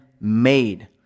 made